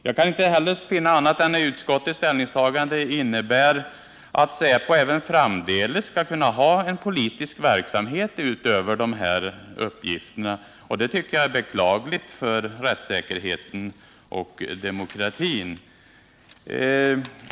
Jag kan inte heller finna annat än att utskottets ställningstagande innebär att säpo även framdeles skall kunna bedriva en politisk verksamhet utöver dessa uppgifter, och det tycker jag är beklagligt för rättssäkerheten och demokratin.